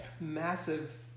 massive